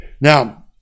Now